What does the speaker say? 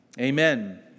Amen